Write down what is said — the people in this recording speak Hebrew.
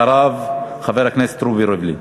אחריו, חבר הכנסת רובי ריבלין.